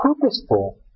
purposeful